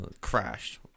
crashed